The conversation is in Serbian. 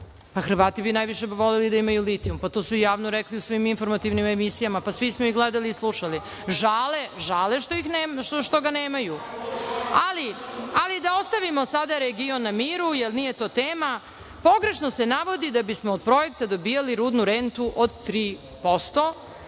Hrvati bi najviše voleli da imaju litijum. To su javno rekli u svim informativnim emisijama, svi smo ih gledali i slušali. Žale što ga nemaju. Da ostavio sada region na miru, jer nije to tema. Pogrešno se navodi da bismo od projekta dobijali rudnu rentu od 3%.